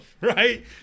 right